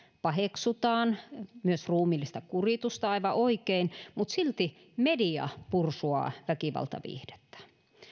paheksutaan myös ruumiillista kuritusta aivan oikein mutta silti media pursuaa väkivaltaviihdettä